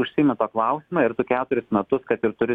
užsiimi tą klausimą ir tu keturis metus kad ir turi